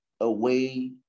away